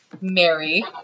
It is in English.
Mary